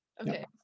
Okay